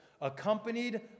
accompanied